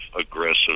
aggressive